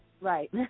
right